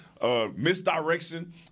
Misdirection